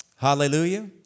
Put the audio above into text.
Hallelujah